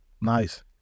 Nice